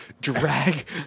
drag